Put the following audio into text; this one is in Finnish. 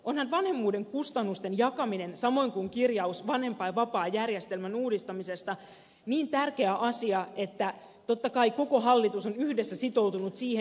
onhan vanhemmuuden kustannusten jakaminen samoin kuin kirjaus vanhempainvapaajärjestelmän uudistamisesta niin tärkeä asia että totta kai koko hallitus on yhdessä sitoutunut siihen